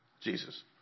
Jesus